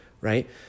right